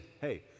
hey